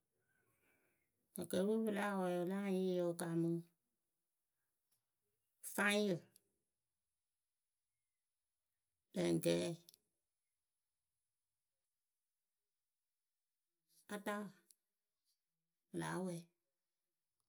Akɛɛpǝ we pɨ láa wɛɛ la yɩɩyǝ wɨ kaamɨ faŋyǝ lɛŋkɛɛ, ataa, pɨ láa wɛ.